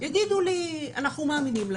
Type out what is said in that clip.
יגידו לי: אנחנו מאמינים לך,